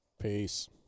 Peace